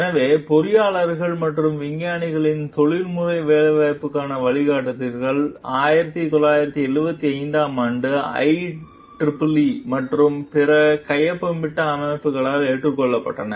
எனவே பொறியாளர்கள் மற்றும் விஞ்ஞானிகளின் தொழில்முறை வேலைவாய்ப்புக்கான வழிகாட்டுதல்கள் 1975 ஆம் ஆண்டில் IEEE மற்றும் பிற கையொப்பமிட்ட அமைப்புகளால் ஏற்றுக்கொள்ளப்பட்டன